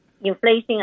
inflation